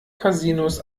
casinos